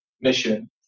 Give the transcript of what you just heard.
mission